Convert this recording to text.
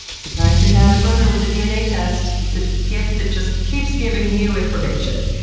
surprise your dad or brother with a dna test. it's a gift that just keeps giving you information!